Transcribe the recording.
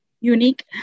unique